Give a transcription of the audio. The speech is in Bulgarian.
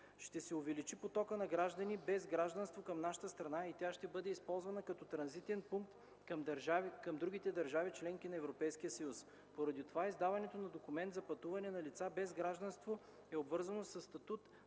Ще се увеличи потокът на граждани без гражданство към нашата страна и тя ще бъде използвана като транзитен пункт към другите държави – членки на Европейския съюз. Поради това издаването на документ за пътуване на лицата без гражданство е обвързано със статут